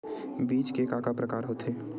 बीज के का का प्रकार होथे?